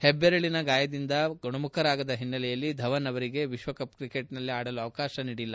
ಹೆಬ್ಬೆರಳಿನ ಗಾಯದಿಂದ ಗುಣಮುಖರಾಗದ ಹಿನ್ನೆಲೆಯಲ್ಲಿ ಧವನ್ ಅವರಿಗೆ ವಿಶ್ವಕಪ್ ಕ್ರಿಕೆಟ್ನಲ್ಲಿ ಆಡಲು ಅವಕಾತ ನೀಡಿಲ್ಲ